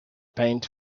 paint